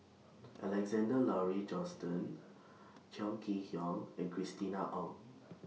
Alexander Laurie Johnston Chong Kee Hiong and Christina Ong